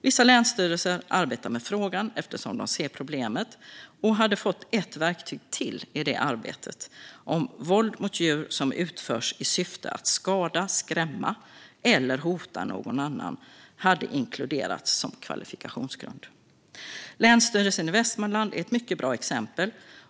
Vissa länsstyrelser arbetar med frågan eftersom de ser problemet, och de hade fått ett verktyg till i det arbetet om våld mot djur som utförs i syfte att skada, skrämma eller hota någon annan hade inkluderats som kvalifikationsgrund. Länsstyrelsen i Västmanland är ett mycket bra exempel.